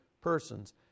persons